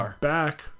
back